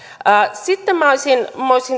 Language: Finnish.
sitten minä olisin